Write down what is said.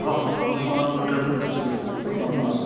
हजुर हजुर म अनमोल ट्राभल एजेन्सीबाट बोलेको भन्नुहोस्